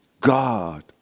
God